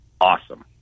awesome